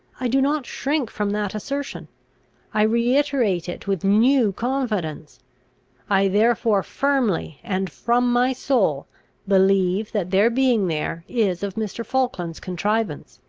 i do not shrink from that assertion i reiterate it with new confidence i therefore firmly and from my soul believe that their being there is of mr. falkland's contrivance.